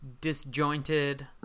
disjointed